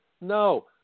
No